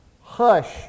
Hush